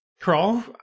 Crawl